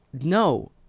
No